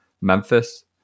Memphis